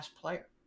player